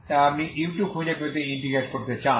তাই আপনি এই u2 খুঁজে পেতে ইন্টিগ্রেট করতে চান